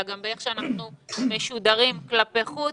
אלא גם באיך שאנחנו משודרים כלפי חוץ